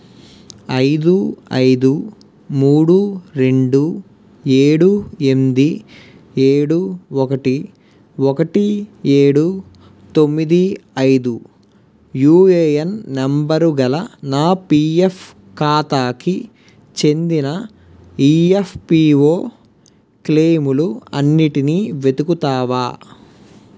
ఐదు ఐదు మూడు రెండు ఏడు ఎనిమిది ఏడు ఒకటి ఒకటి ఏడు తొమిది ఐదు యుఏఎన్ నంబరుగల నా పిఎఫ్ ఖాతాకి చెందిన ఇయఫ్పిఓ క్లెయిములు అన్నిటినీ వెతుకుతావా